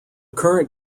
current